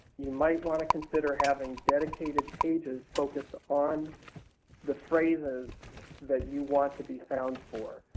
you might want to consider having dedicated pages focused on the phrases that you want to be found for.